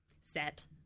set